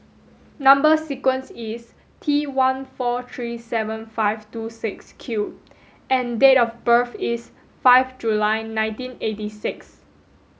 number sequence is T one four three seven five two six Q and date of birth is five July nineteen eighty six